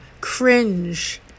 cringe